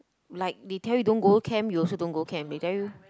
like they tell you don't go camp you also don't go camp they tell you